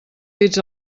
dits